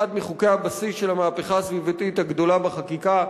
אחד מחוקי הבסיס של המהפכה הסביבתית הגדולה בחקיקה,